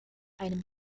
einem